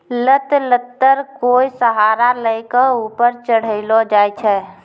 लत लत्तर कोय सहारा लै कॅ ऊपर चढ़ैलो जाय छै